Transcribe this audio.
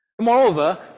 Moreover